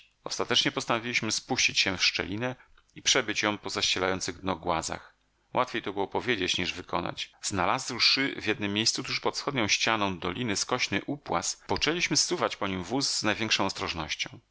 ostatecznie postanowiliśmy spuścić się w szczelinę i przebyć ją po zaścielających dno głazach łatwiej to było powiedzieć niż wykonać znalazłszy w jednem miejscu tuż pod wschodnią ścianą doliny skośny upłaz poczęliśmy zsuwać po nim wóz z największą ostrożnością